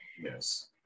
yes